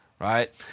right